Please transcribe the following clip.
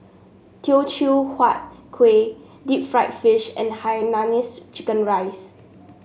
Teochew Huat Kuih Deep Fried Fish and Hainanese Chicken Rice